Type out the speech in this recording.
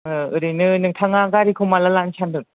ओरैनो नोंथाङा गारिखौ माब्ला लांनो सानदों